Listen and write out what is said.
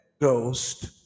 ghost